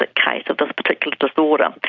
but case of this particular disorder.